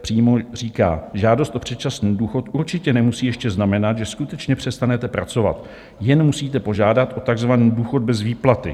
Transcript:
Přímo říká: Žádost o předčasný důchod určitě nemusí ještě znamenat, že skutečně přestanete pracovat, jen musíte požádat o takzvaný důchod bez výplaty.